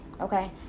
okay